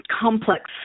complex